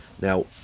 Now